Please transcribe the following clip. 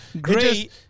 great